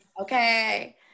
Okay